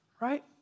Right